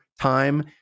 time